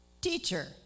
Teacher